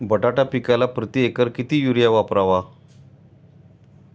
बटाटा पिकाला प्रती एकर किती युरिया वापरावा?